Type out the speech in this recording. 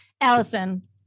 Allison